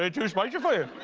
ah too spicy for you?